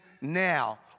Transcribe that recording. now